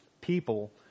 people